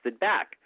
back